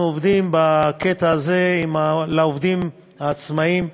עובדים בקטע הזה עם העובדים העצמאים,